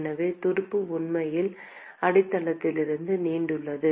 எனவே துடுப்பு உண்மையில் அடித்தளத்திலிருந்து நீண்டுள்ளது